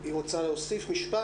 אלא אם כן דברים נוספים.